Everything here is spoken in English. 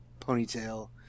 ponytail